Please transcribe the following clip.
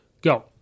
go